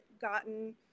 gotten